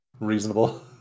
reasonable